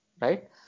right